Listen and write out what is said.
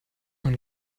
man